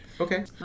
Okay